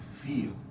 feel